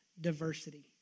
diversity